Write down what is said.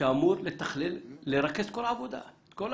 שאמור לרכז את כל ההקמה.